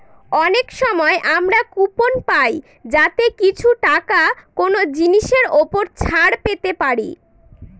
অনেক সময় আমরা কুপন পাই যাতে কিছু টাকা কোনো জিনিসের ওপর ছাড় পেতে পারি